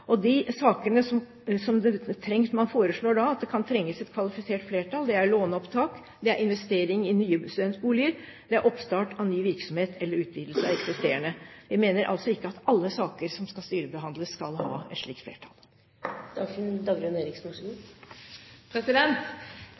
De sakene som man foreslår at det kan trenges et kvalifisert flertall i, gjelder låneopptak, investering i nye studentboliger, oppstart av ny virksomhet eller utvidelse av eksisterende. Vi mener altså ikke at alle saker som skal styrebehandles, skal ha et slikt flertall. Jeg tror grunnen til at dette vekker så